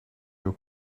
your